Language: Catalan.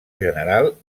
general